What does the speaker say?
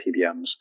PBMs